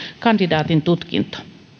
kandidaatin tutkinto